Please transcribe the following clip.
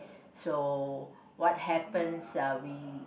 so what happens uh we